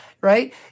right